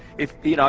if, you know,